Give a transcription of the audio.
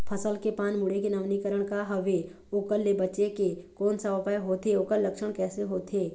फसल के पान मुड़े के नवीनीकरण का हवे ओकर ले बचे के कोन सा उपाय होथे ओकर लक्षण कैसे होथे?